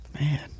Man